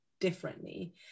differently